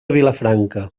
vilafranca